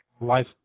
life